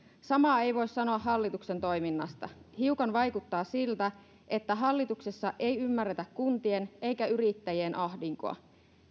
samaa ei voi sanoa hallituksen toiminnasta hiukan vaikuttaa siltä että hallituksessa ei ymmärretä kuntien eikä yrittäjien ahdinkoa